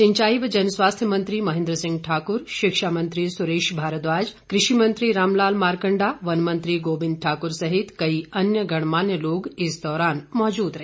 सिंचाई व जनस्वास्थ्य मंत्री महेन्द्र सिंह ठाक्र शिक्षा मंत्री सुरेश भारद्वाज कृषि मंत्री रामलाल मारकंडा वन मंत्री गोविंद ठाक्र सहित कई अन्य गणमान्य लोग इस दौरान मौजूद रहे